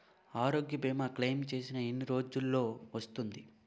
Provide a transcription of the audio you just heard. ఆరోగ్య భీమా క్లైమ్ చేసిన ఎన్ని రోజ్జులో వస్తుంది?